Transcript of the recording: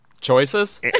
choices